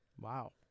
Wow